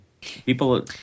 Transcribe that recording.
People